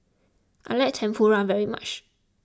I like Tempura very much